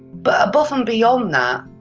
but above and beyond that,